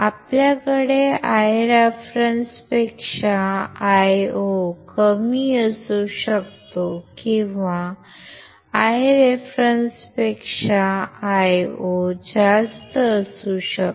आपल्याकडे आयरेन्फरन्सपेक्षा Io कमी असू शकतो किंवा आयरेफरन्सपेक्षा Io जास्त असू शकतो